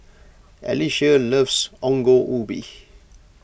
Alysia loves Ongol Ubi